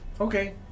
Okay